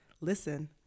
listen